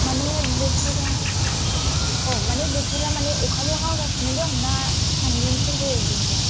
माने बोथोरा औ माने बोथोरा माने अखाल' हागासिनो दं ना सान्दुंफोरबो दुंदों